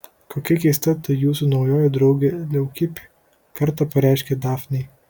kokia keista ta jūsų naujoji draugė leukipė kartą pareiškė dafnei